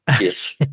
yes